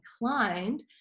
inclined